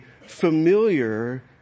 familiar